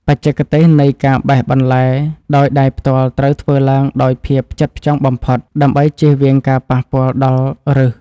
បច្ចេកទេសនៃការបេះបន្លែដោយដៃផ្ទាល់ត្រូវធ្វើឡើងដោយភាពផ្ចិតផ្ចង់បំផុត ដើម្បីជៀសវាងការប៉ះពាល់ដល់ឫស។